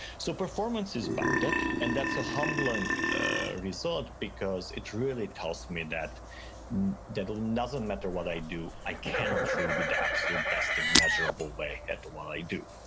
so performance is bounded and that's a humbling ah result because it really tells me that that it doesn't matter what i do, i cannot truly be the absolute best in a measurable way at what i do.